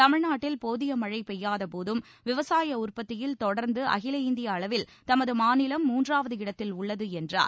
தமிழ்நாட்டில் போதிய மழை பெய்யாத போதும் விவசாய உற்பத்தியில் தொடர்ந்து அகில இந்திய அளவில் தமது மாநிலம் மூன்றாவது இடத்தில் உள்ளது என்றார்